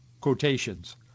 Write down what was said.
quotations